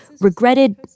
regretted